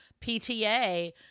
PTA